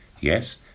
Yes